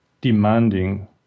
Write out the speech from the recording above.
demanding